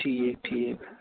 ٹھیٖک ٹھیٖک